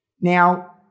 Now